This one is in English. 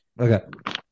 Okay